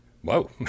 Whoa